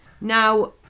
now